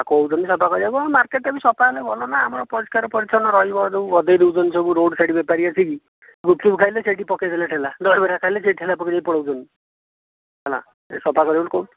କହୁଛନ୍ତି ସଫା କରିବାକୁ ମାର୍କେଟ ସଫା ହେଲେ ଭଲ ନା ଆମର ପରିଷ୍କାର ପରିଚ୍ଛନ୍ନ ରହିବ ଯେଉଁ ଗଦାଇ ଦେଉଛନ୍ତି ସବୁ ରୋଡ଼ ସାଇଡ଼ ବେପାରୀ ଆସିକି ଗୁପଚୁପ ଖାଇଲେ ସେହିଠି ପକାଇଦେଲେ ଠୋଲା ଦହିବରା ଖାଇଲେ ସେହିଠି ଠୋଲା ପକାଇକି ପଳାଉଛନ୍ତି ସଫା କରିବେ ବୋଲି କହୁଛନ୍ତି